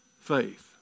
faith